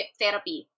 therapy